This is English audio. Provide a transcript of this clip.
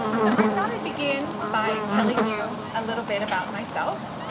so, i thought i'd begin by telling you a little bit about myself.